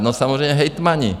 No, samozřejmě hejtmani.